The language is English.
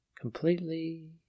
completely